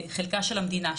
חלקה של המדינה,